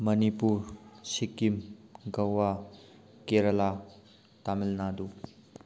Manipur Sikkim Goa Kerala Tamil Nadu